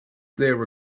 there